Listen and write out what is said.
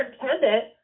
superintendent